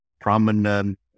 prominent